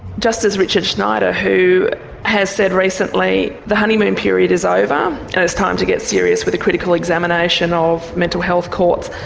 justice richard schneider, who has said recently the honeymoon period is ah over um and it's time to get serious with a critical examination of mental health courts,